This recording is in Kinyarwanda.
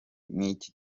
n’iki